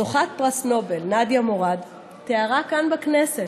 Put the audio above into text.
זוכת פרס נובל נאדיה מוראד תיארה כאן בכנסת,